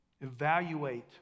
evaluate